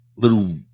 little